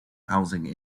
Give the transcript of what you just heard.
housing